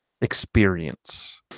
experience